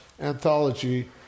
Anthology